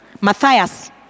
Matthias